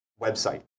website